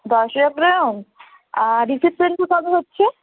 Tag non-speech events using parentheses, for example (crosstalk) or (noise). দশই অগ্রহায়ণ রিসেপশান (unintelligible) হচ্ছে